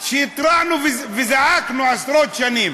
כשהתרענו וזעקנו עשרות שנים